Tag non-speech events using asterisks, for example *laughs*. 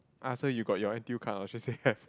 ask her you got your N_T_U card she say ahve *laughs*